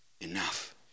enough